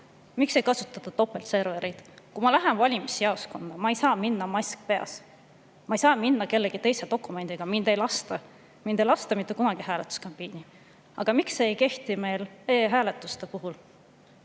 Miks ei kasutata topeltservereid? Kui ma lähen valimisjaoskonda, siis ma ei saa sinna minna, mask peas, ma ei saa minna kellegi teise dokumendiga, mind ei lastaks siis mitte kunagi hääletuskabiini. Aga miks ei kehti see meil e‑hääletuse puhul?